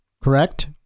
correct